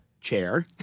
chair